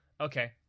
Okay